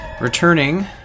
Returning